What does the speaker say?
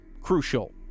crucial